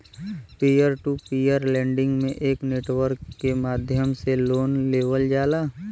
peer to peer lending में एक network के माध्यम से लोन लेवल जाला